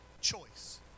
choice